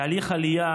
תהליך עלייה